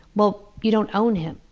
well, you don't own him.